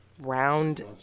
round